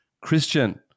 Christian